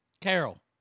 Carol